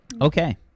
Okay